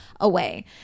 away